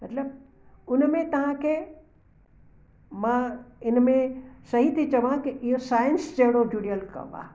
मतलबु हुन में तव्हांखे मां हिन में सही थी चवां कि इहा साईंस जहिड़ो जुड़ियल कमु आहे